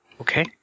Okay